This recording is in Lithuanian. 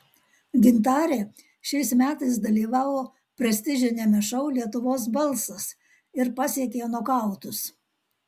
gintarė šiais metais dalyvavo prestižiniame šou lietuvos balsas ir pasiekė nokautus